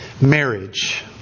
marriage